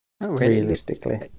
Realistically